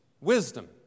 Wisdom